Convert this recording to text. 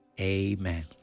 Amen